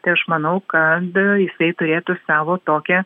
tai aš manau kad jisai turėtų savo tokią